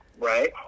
right